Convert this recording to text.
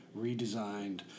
redesigned